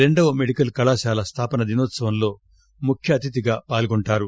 రెండవ మెడికల్ కళాశాల స్థాపన దినోత్సవంలో ముఖ్యఅతిథిగా పాల్గొంటారు